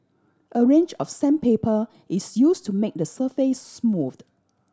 a range of sandpaper is use to make the surface smooth